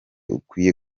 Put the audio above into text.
ukwiye